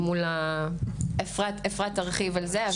אפרת תרחיב על זה.